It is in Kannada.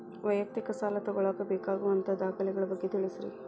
ವೈಯಕ್ತಿಕ ಸಾಲ ತಗೋಳಾಕ ಬೇಕಾಗುವಂಥ ದಾಖಲೆಗಳ ಬಗ್ಗೆ ತಿಳಸ್ರಿ